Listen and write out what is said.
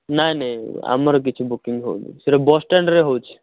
ନାହିଁ ନାହିଁ ଆମର କିଛି ବୁକିଙ୍ଗ୍ ହେଉନି ସେଇଟା ବସଷ୍ଟାଣ୍ଡରେ ହେଉଛି